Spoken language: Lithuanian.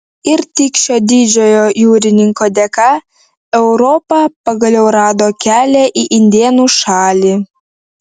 ir tik šio didžiojo jūrininko dėka europa pagaliau rado kelią į indėnų šalį